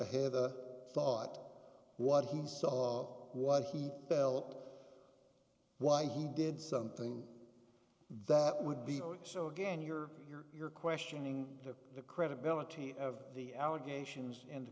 guy heather thought what he saw what he felt why he did something that would be so again you're you're you're questioning the credibility of the allegations